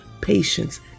patience